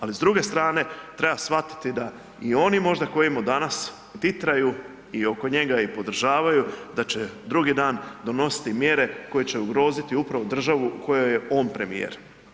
Ali s druge strane, treba shvatiti da i oni možda koji mu danas titraju i oko njega i podržavaju da će drugi dan donositi mjere koje će ugroziti upravo državu u kojoj je on premijer.